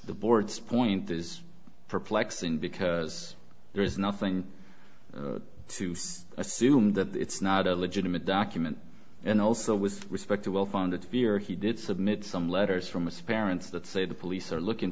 the board's point is perplexing because there is nothing to assume that it's not a legitimate document and also with respect a well founded fear he did submit some letters from asparagus that say the police are looking